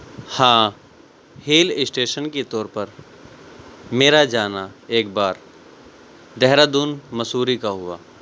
ہاں hill station کے طور پر میرا جانا ایک بار دہرادون مسوری کا ہوا